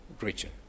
region